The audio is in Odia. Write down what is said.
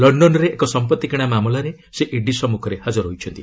ଲକ୍ଷନରେ ଏକ ସମ୍ପତ୍ତି କିଣା ମାମଲାରେ ସେ ଇଡି ସମ୍ମୁଖରେ ହାଜର ହୋଇଛନ୍ତି